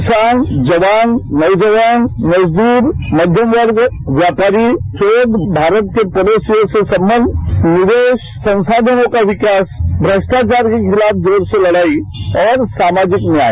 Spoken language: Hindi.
किसान जवान नौजवान मजदूर मध्यमवर्ग व्यापारी शोध भारत के पड़ोसी देशों से संबंध निवेश संसाधनों का विकास भ्रष्टाचार के खिलाफ जोर से लड़ाई और समाजिक न्याय